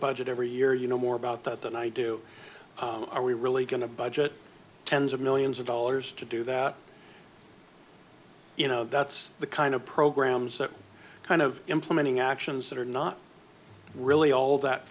budget every year you know more about that than i do are we really going to budget tens of millions of dollars to do that you know that's the kind of programs that are kind of implementing actions that are not really all that